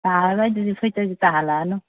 ꯇꯥꯔꯔꯣꯏ ꯑꯗꯨꯗꯤ ꯐꯨꯔꯤꯠꯇꯗꯤ ꯇꯥꯍꯜꯂꯛꯑꯅꯨ